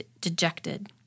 dejected